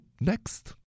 next